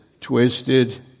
twisted